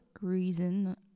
reason